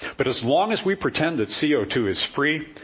but as long as we pretend that c o two is free,